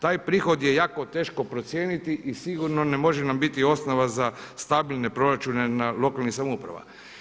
Taj prihod je jako teško procijeniti i sigurno ne može nam biti osnova za stabilne proračune na lokalnim samoupravama.